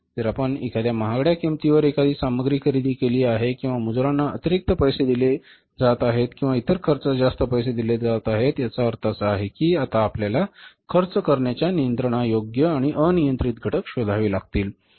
जर आपण एखाद्या महागड्या किंमतीवर एखादी सामग्री खरेदी केली आहे किंवा मजुरांना अतिरिक्त पैसे दिले जात आहेत किंवा इतर खर्चास जास्त पैसे दिले जातात याचा अर्थ असा आहे की आता आपल्याला खर्च करण्याच्या नियंत्रणायोग्य आणि अनियंत्रित घटक शोधावे लागतील